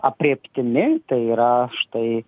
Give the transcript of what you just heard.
aprėptimi tai yra štai